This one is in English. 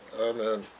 Amen